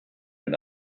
mit